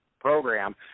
program